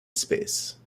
space